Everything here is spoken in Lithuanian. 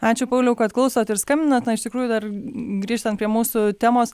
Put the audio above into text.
ačiū pauliau kad klausot ir skambinat na iš tikrųjų dar grįžtant prie mūsų temos